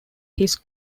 his